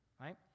right